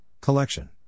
collection